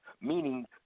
meaning